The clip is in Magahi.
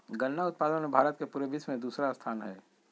गन्ना उत्पादन मे भारत के पूरे विश्व मे दूसरा स्थान हय